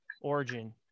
origin